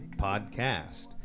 podcast